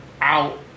out